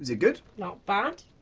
it good? not bad.